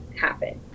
happen